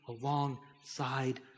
alongside